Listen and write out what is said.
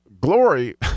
glory